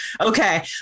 Okay